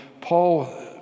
Paul